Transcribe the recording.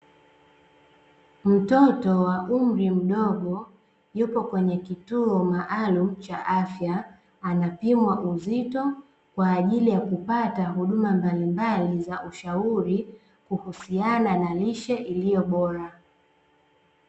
Mtoto wa umri mdogo, yupo kwenye kituo maalumu cha afya, anapimwa uzito, kwa ajili ya kupata huduma mbalimbali za ushauri, kuhusiana na lishe iliyo bora.